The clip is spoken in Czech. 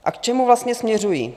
A k čemu vlastně směřuji?